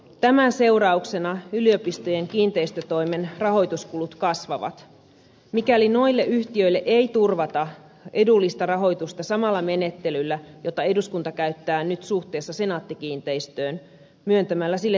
tämän seurauksena yliopistojen kiinteistötoimen rahoituskulut kasvavat mikäli noille yhtiöille ei turvata edullista rahoitusta samalla menettelyllä jota eduskunta käyttää nyt suhteessa senaatti kiinteistöihin myöntämällä sille takauksia